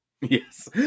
Yes